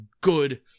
good